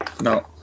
No